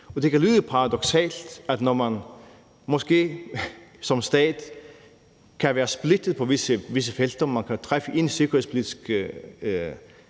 det kan lyde paradoksalt, at når man som stater måske kan være splittede på visse felter – man kan træffe en sikkerhedspolitisk